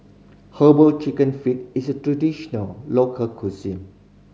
Herbal Chicken Feet is a traditional local cuisine